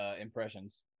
impressions